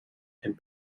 and